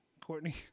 Courtney